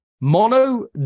Mono